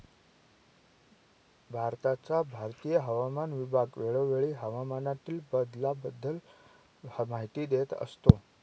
भारताचा भारतीय हवामान विभाग वेळोवेळी हवामानातील बदलाबद्दल माहिती देत असतो